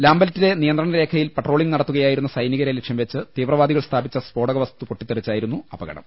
ലാംബെൽറ്റിലെ നിയ ന്ത്രണ രേഖയിൽ പട്രോളിംഗ് നടത്തുകയായിരുന്ന സൈനികരെ ലക്ഷ്യംവെച്ച് തീവ്രവാദികൾ സ്ഥാപിച്ച സ്ഫോടക വസ്തു പൊട്ടിത്തെ റിച്ചായിരുന്നു അപകടം